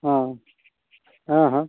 हँ हँ हँ